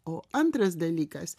o antras dalykas